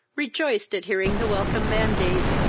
rejoiced at hearing the welcome mandate,